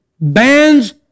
bands